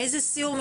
איזה סיור?